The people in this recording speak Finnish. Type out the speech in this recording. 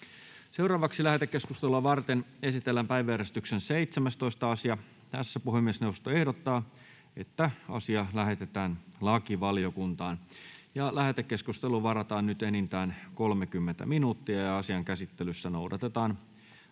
— Kiitos. Lähetekeskustelua varten esitellään päiväjärjestyksen 18. asia. Puhemiesneuvosto ehdottaa, että asia lähetetään lakivaliokuntaan. Lähetekeskusteluun varataan enintään 30 minuuttia. Asian käsittelyssä noudatetaan